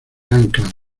anclan